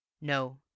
No